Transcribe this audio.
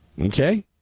Okay